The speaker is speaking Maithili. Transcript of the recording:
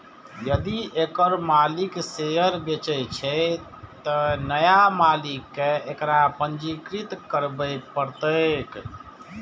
यदि एकर मालिक शेयर बेचै छै, तं नया मालिक कें एकरा पंजीकृत करबय पड़तैक